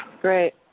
Great